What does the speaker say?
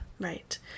right